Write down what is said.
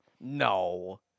No